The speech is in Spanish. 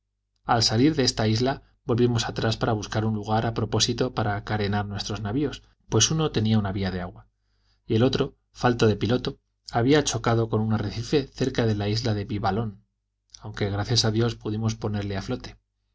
al salir de esta isla volvimos atrás para buscar un lugar a propósito para carenar nuestros navios pues uno tenía una vía de agua y el otro falto de piloto había chocado con un arrecife cerca de la isla de viva lo aunque gracias a dios pudimos ponerle a flote